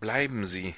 bleiben sie